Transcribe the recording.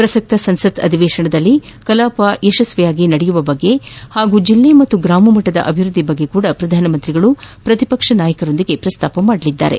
ಪ್ರಸಕ್ತ ಸಂಸತ್ ಅಧಿವೇಶನದಲ್ಲಿ ಕಲಾಪ ಫಲಪ್ರದವಾಗಿ ನಡೆಯುವ ಬಗ್ಗೆ ಹಾಗೂ ಜಿಲ್ಲೆ ಮತ್ತು ಗ್ರಾಮಮಟ್ಟದ ಅಭಿವೃದ್ದಿಯ ಬಗ್ಗೆಯೂ ಪ್ರಧಾನಮಂತ್ರಿ ಮೋದಿ ಪ್ರತಿಪಕ್ಷ ನಾಯಕರ ಜತೆ ಪ್ರಸ್ತಾಪಿಸಲಿದ್ದಾರೆ